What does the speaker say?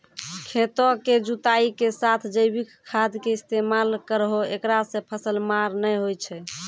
खेतों के जुताई के साथ जैविक खाद के इस्तेमाल करहो ऐकरा से फसल मार नैय होय छै?